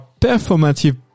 performative